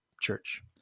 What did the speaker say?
church